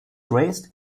raised